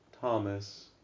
Thomas